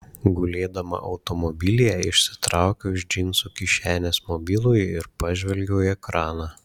gulėdama automobilyje išsitraukiau iš džinsų kišenės mobilųjį ir pažvelgiau į ekraną